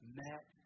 met